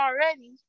already